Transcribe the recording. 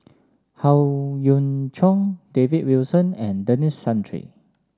Howe Yoon Chong David Wilson and Denis Santry